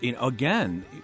again